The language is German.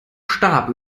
stab